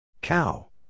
Cow